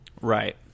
Right